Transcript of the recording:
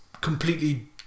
completely